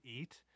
eat